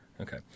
Okay